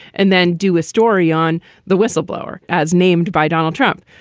and then do a story on the whistleblower as named by donald trump.